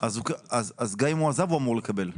גם אם הוא עזב, הוא אמור לקבל.